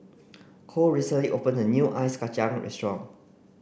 Kole recently opened a new Ice Kacang restaurant